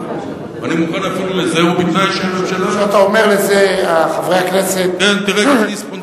תגיד שאתה רוצה נישה מסוימת,